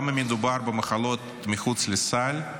גם אם מדובר במחלות מחוץ לסל,